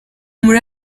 muri